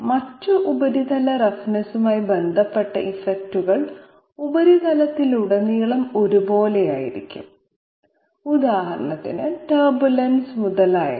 മറ്റ് ഉപരിതല റഫ്നെസ്സുമായി ബന്ധപ്പെട്ട ഇഫക്റ്റുകൾ ഉപരിതലത്തിലുടനീളം ഒരേ പോലെയായിരിക്കും ഉദാഹരണത്തിന് ടർബുലൻസ് മുതലായവ